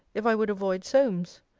if i would avoid solmes?